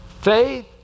Faith